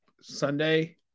Sunday